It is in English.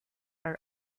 are